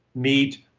meat,